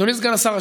אדוני סגן השר,